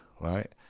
right